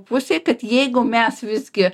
pusė kad jeigu mes visgi